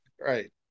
Right